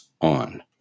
on